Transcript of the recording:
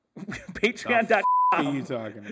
patreon.com